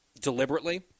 deliberately